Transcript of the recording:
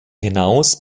hinaus